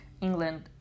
England